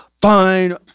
Fine